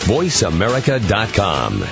VoiceAmerica.com